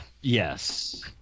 yes